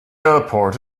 airport